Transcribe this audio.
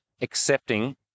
accepting